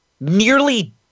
Nearly